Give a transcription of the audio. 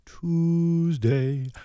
Tuesday